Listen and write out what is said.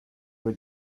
were